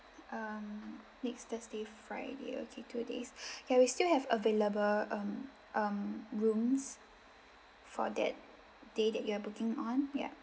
um next thursday friday okay two days ya we still have available um um rooms for that day that you are booking on ya